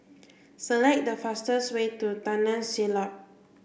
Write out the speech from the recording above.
select the fastest way to Taman Siglap